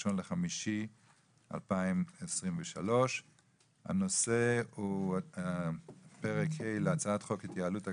1 במאי 2023. הנושא הוא פרק ה' להצעת חוק ההתייעלות הכלכלית,